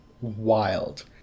Wild